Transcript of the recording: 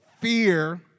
fear